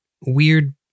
weird